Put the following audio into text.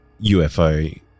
UFO